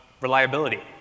reliability